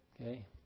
Okay